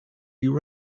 your